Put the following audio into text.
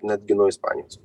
netgi nuo ispanijos